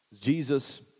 Jesus